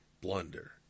blunder